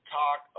talk